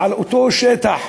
על אותו שטח